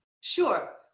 Sure